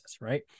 right